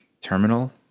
terminal